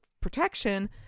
protection